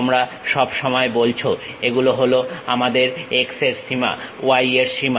তোমরা সব সময় বলছ এগুলো হলো আমাদের x এর সীমা y এর সীমা